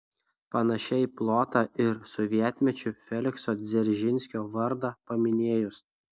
panašiai plota ir sovietmečiu felikso dzeržinskio vardą paminėjus